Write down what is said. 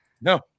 no